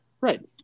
right